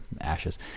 ashes